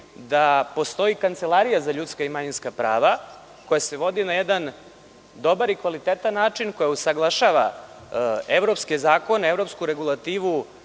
da postoji Kancelarija za ljudska i manjinska prava koja se vodi na jedan dobar i kvalitetan način, koja usaglašava evropske zakone, evropsku regulativu